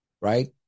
right